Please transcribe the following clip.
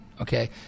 Okay